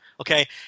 Okay